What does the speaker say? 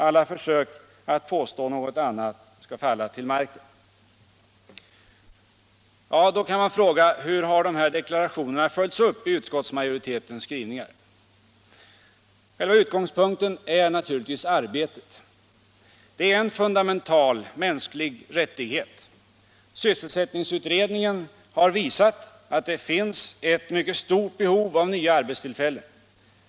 Alla försök att påstå något annat skall Nr 47 falla till marken. Torsdagen den Då kan man fråga: Hur har de här deklarationerna följts upp i utskotts 16 december 1976 majoritetens skrivningar? Själva utgångspunkten är naturligtvis arbetet. Det är en fundamental - Samordnad mänsklig rättighet. Sysselsättningsutredningen har visat att det finns ett = sysselsättnings och mycket stort behov av nya arbetstillfällen.